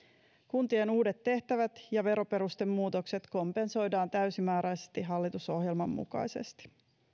kuntien uudet tehtävät ja veroperustemuutokset kompensoidaan täysimääräisesti hallitusohjelman mukaisesti